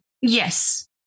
Yes